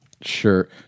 Sure